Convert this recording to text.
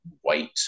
white